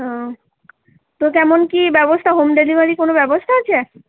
ওহ তো কেমন কি ব্যবস্থা হোম ডেলিভারির কোন ব্যবস্থা আছে